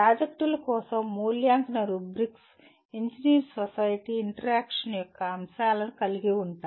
ప్రాజెక్టుల కోసం మూల్యాంకన రుబ్రిక్స్ ఇంజనీర్ సొసైటీ ఇంటరాక్షన్ యొక్క అంశాలను కలిగి ఉంటాయి